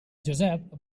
josep